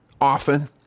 often